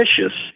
vicious